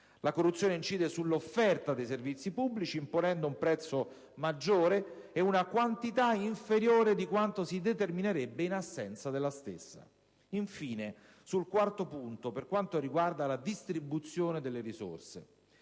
La corruzione incide sull'offerta dei servizi pubblici imponendo un prezzo maggiore e una quantità inferiore di quanto si determinerebbe in assenza della stessa. Infine, per quanto riguarda la distribuzione delle risorse,